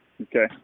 Okay